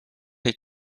est